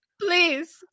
please